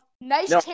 Nice